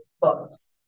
books